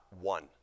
one